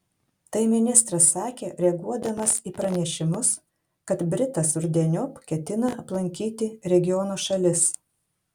tai ministras sakė reaguodamas į pranešimus kad britas rudeniop ketina aplankyti regiono šalis